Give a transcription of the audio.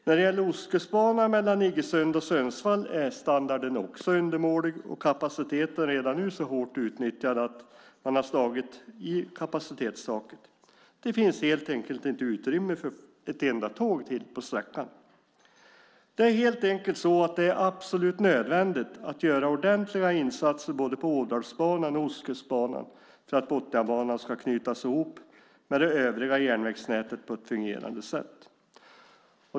När det gäller Ostkustbanan mellan Iggesund och Sundsvall är standarden även där undermålig och kapaciteten redan nu så hårt utnyttjad att man slagit i kapacitetstaket. Det finns helt enkelt inte utrymme för ett enda ytterligare tåg på sträckan. Det är således absolut nödvändigt att göra ordentliga insatser på både Ådalsbanan och Ostkustbanan för att Botniabanan ska kunna knytas ihop med det övriga järnvägsnätet på ett fungerande sätt.